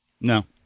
no